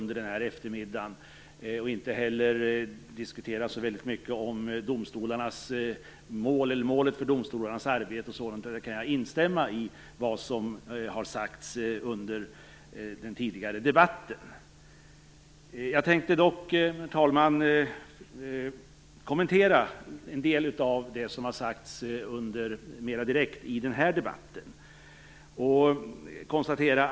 Jag skall heller inte diskutera så mycket om målet för domstolarnas arbete. Jag kan instämma i vad som har sagts under den tidigare debatten. Jag tänkte dock, herr talman, kommentera en del av det som har sagts mera direkt i den här debatten.